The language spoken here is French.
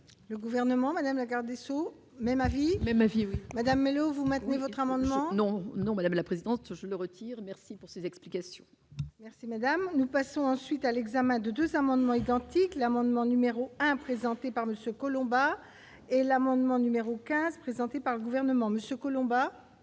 Le gouvernement madame la garde des Sceaux, même avis mais méfiez-vous Madame Mellow vous maintenez votre amendement. Non, non, madame la présidente, je me retire, merci pour ces explications. Merci madame, nous passons, ensuite à l'examen de 2 amendements identiques, l'amendement numéro 1 présentée par Monsieur Collombat et l'amendement numéro 15 présenté par le gouvernement Monsieur Collombat.